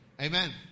Amen